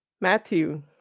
Matthew